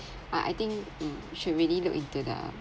but I think mm should really look into the